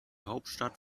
hauptstadt